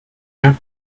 you